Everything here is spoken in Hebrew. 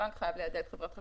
הבנק חייב ליידע את חברת החשמל,